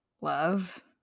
love